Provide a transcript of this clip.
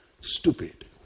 Stupid